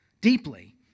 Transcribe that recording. deeply